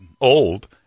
old